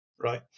right